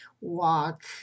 walk